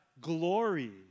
glory